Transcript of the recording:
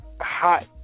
hot